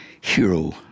hero